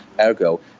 Ergo